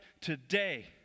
today